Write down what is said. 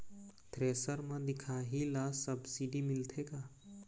Thresher म दिखाही ला सब्सिडी मिलथे का?